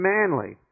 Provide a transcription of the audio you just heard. Manly